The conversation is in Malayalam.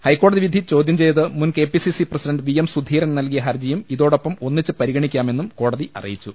ഹൈക്കോടതിവിധി ചോദ്യം ചെയ്ത് മുൻ KPCC president V M Sudheeran നൽകിയ ൃഹർജിയും ഇതൊ ടൊപ്പം ഒന്നിച്ച് പരിഗണിക്കാമെന്നും കോടതി അറിയിച്ചു